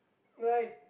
but like